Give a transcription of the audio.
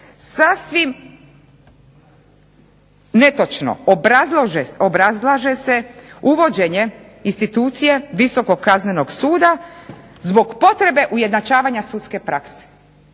Sasvim netočno obrazlaže se uvođenje institucije visokog kaznenog suda zbog potrebe ujednačavanja sudske prakse.